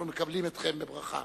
אנחנו מקבלים אתכם בברכה.